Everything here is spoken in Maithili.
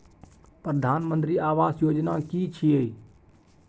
प्रधानमंत्री आवास योजना कि छिए?